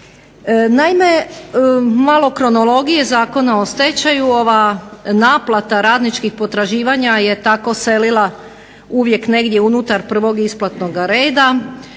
Naime, malo kronologije zakona o stečaju ova naplata radničkih potraživanja je tako selila uvijek negdje unutar prvog isplatnoga reda